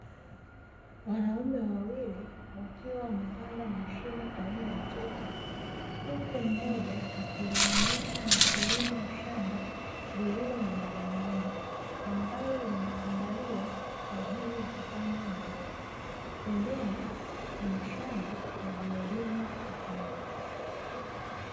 Wanaume wawli wakiwa wamepanda mashine aina ya trekta, huku mmoja akiliendesha na kulima shamba lililo na majani mengi, ambalo lina andaliwa kwa ajili ya kupandwa mimea, pembeni kua shamba ililolimwa mahindi.